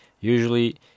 Usually